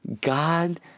God